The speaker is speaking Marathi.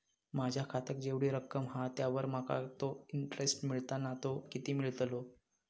माझ्या खात्यात जेवढी रक्कम हा त्यावर माका तो इंटरेस्ट मिळता ना तो किती मिळतलो?